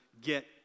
get